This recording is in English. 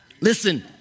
Listen